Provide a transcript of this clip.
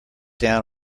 down